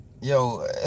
Yo